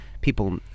people